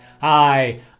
Hi